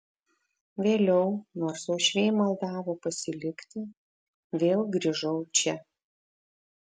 vėliau nors uošviai maldavo pasilikti vėl grįžau čia